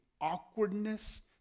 awkwardness